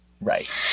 Right